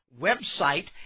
website